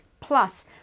Plus